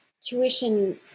tuition